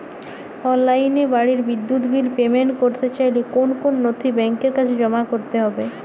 অনলাইনে বাড়ির বিদ্যুৎ বিল পেমেন্ট করতে চাইলে কোন কোন নথি ব্যাংকের কাছে জমা করতে হবে?